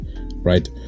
right